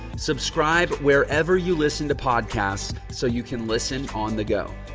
subscribe wherever you listen to podcasts. so you can listen on the go.